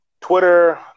Twitter